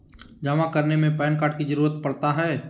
जमा करने में पैन कार्ड की जरूरत पड़ता है?